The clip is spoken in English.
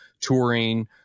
touring